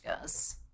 goes